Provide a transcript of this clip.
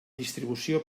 distribució